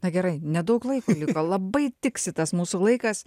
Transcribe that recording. na gerai nedaug laiko liko labai tiksi tas mūsų laikas